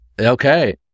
Okay